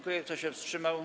Kto się wstrzymał?